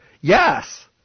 Yes